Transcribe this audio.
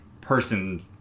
person